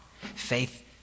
Faith